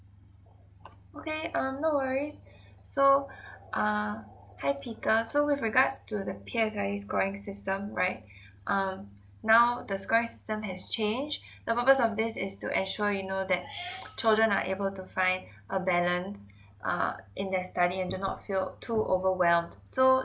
mm okay um no worries okay so err hi peter so with regards to the P_S_L_E scoring system right um now the scoring system has change the purpose of this is to ensure you know that children are able to find a balance err in their study and do not feel too overwhelmed so